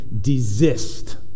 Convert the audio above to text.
desist